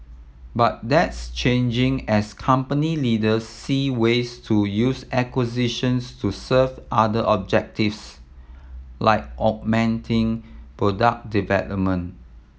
but that's changing as company leaders see ways to use acquisitions to serve other objectives like augmenting product development